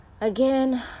again